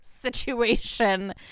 situation